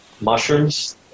Mushrooms